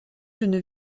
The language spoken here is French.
d’une